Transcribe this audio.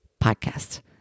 Podcast